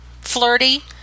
Flirty